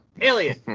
alien